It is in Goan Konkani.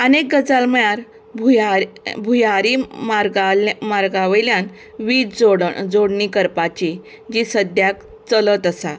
आनी एक गजाल म्हळ्यार भुयारे भुंयारी मार्गार मार्गावयल्यान विज जोडण जोडणी करपाची जी सद्याक चलत आसा